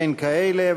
אין כאלה,